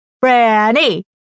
Branny